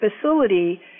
facility